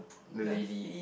the lady